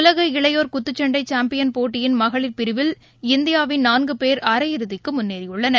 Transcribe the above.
உலக இளையோர் குத்துச்சன்டைசாம்பியன் போட்டியின் மகளிப்பிரிவில் இந்தியாவின் நான்குபோ அரை இறதிக்குமுன்னேறியுள்ளனர்